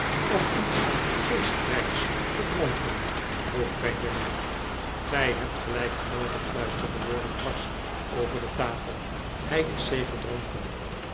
of iets geestrijks gedronken vroeg benjamin gtj hebt gelijk geloof ik fluisterde wardle dwars over de tafel hij is zeker dronken